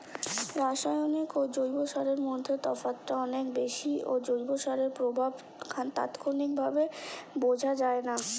রাসায়নিক ও জৈব সারের মধ্যে তফাৎটা অনেক বেশি ও জৈব সারের প্রভাব তাৎক্ষণিকভাবে বোঝা যায়না